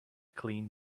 clean